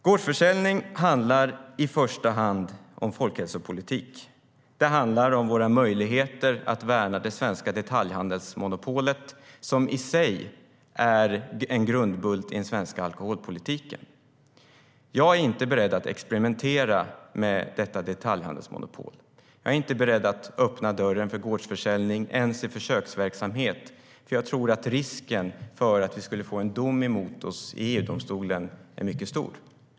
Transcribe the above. Gårdsförsäljning handlar i första hand om folkhälsopolitik. Det handlar om våra möjligheter att värna det svenska detaljhandelsmonopolet, som i sig är en grundbult i den svenska alkoholpolitiken. Jag är inte beredd att experimentera med detta detaljhandelsmonopol, och jag är inte beredd att öppna dörren för gårdsförsäljning ens i försöksverksamhet eftersom jag tror att risken för att vi får en dom mot oss i EU-domstolen är mycket stor.